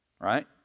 Right